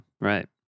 Right